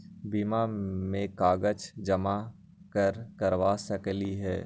बीमा में कागज जमाकर करवा सकलीहल?